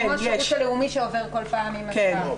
כמו השירות הלאומי שעובר כל פעם מן הסתם.